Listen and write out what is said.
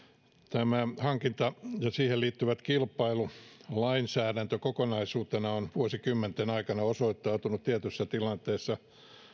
tämä hankinta ja siihen liittyvä kilpailulainsäädäntö kokonaisuutena on vuosikymmenten aikana osoittautunut tietyissä tilanteissa